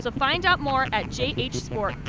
so find out more at jhsport